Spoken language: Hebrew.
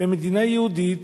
במדינה יהודית,